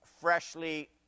freshly